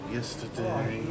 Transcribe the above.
Yesterday